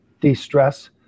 de-stress